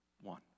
one